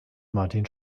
martin